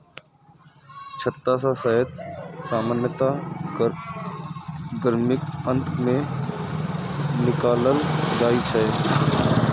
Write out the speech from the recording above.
छत्ता सं शहद सामान्यतः गर्मीक अंत मे निकालल जाइ छै